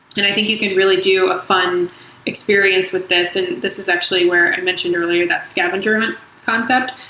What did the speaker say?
and i think you can really do fun experience with this. this is actually where i mentioned earlier, that scavenger concept.